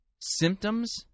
symptoms